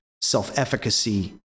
self-efficacy